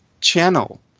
channel